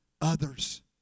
others